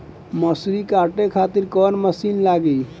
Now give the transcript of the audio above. मसूरी काटे खातिर कोवन मसिन लागी?